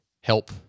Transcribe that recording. help